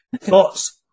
thoughts